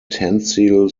tensile